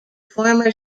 former